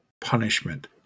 punishment